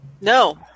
No